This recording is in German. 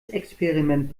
experiment